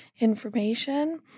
information